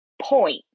Point